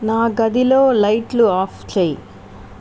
నా గదిలో లైట్లు ఆఫ్ చెయ్యి